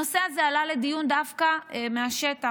הנושא הזה עלה לדיון דווקא מהשטח,